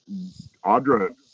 Audra